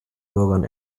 bürgern